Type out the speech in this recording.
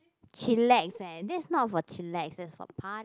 chillax eh that's not for chillax that's for party